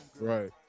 Right